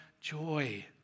joy